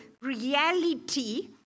reality